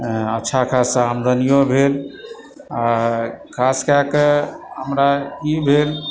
अच्छा खासा आमदनियो भेल आ खास कएकऽ हमरा ई भेल